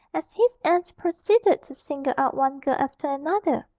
as his aunt proceeded to single out one girl after another.